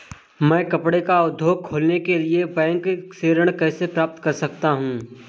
मैं कपड़े का उद्योग खोलने के लिए बैंक से ऋण कैसे प्राप्त कर सकता हूँ?